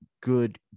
good